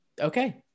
Okay